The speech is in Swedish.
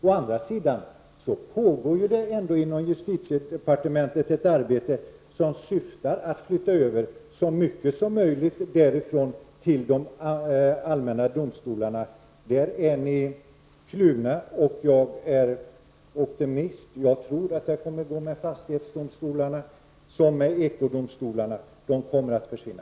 Å andra sidan pågår inom justitiedepartementet ett arbete som syftar till att flytta över så mycket som möjligt därifrån till de allmänna domstolarna. Där är ni alltså kluvna. Jag är optimist, och jag tror att det kommer att gå med fastighetsdomstolarna som med ekodomstolarna: de kommer att försvinna.